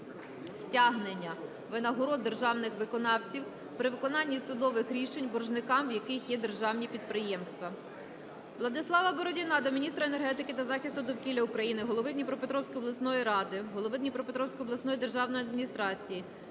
стягнення винагород державних виконавців при виконанні судових рішень, боржниками в яких є державні підприємства. Владислава Бородіна до міністра енергетики та захисту довкілля України, голови Дніпропетровської обласної ради, голови Дніпропетровської обласної державної адміністрації